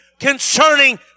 Concerning